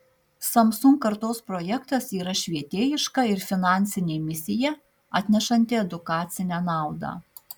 samsung kartos projektas yra švietėjiška ir finansinė misija atnešanti edukacinę naudą